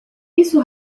isso